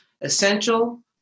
essential